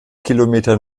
kilometer